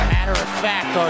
Matter-of-fact